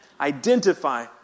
Identify